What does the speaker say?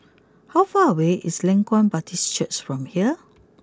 how far away is Leng Kwang Baptist Church from here